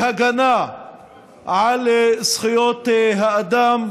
בהגנה על זכויות האדם,